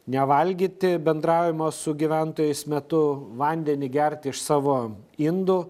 nevalgyti bendravimo su gyventojais metu vandenį gerti iš savo indų